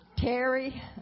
Terry